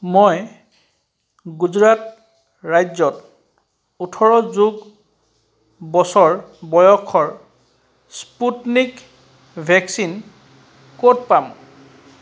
মই গুজৰাট ৰাজ্যত ওঠৰ যোগ বছৰ বয়সৰ স্পুটনিক ভেকচিন ক'ত পাম